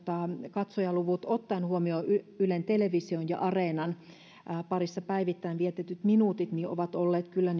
katsojaluvut ottaen huomioon ylen television ja areenan parissa päivittäin vietetyt minuutit ovat olleet kyllä